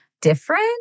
Different